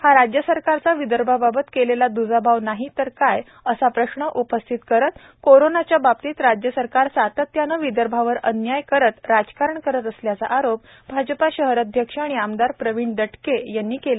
हा राज्य सरकारचा विदर्भाबाबत केलेला दुजाभाव नाही काय असा प्रश्न उपस्थित करत करोनाच्या बाबतीत राज्य सरकार सातत्याने विदर्भावर अन्याय करत राजकारण करत असल्याचा आरोप भाजपा शहर अध्यक्ष व आमदार प्रवीण दटके यांनी केला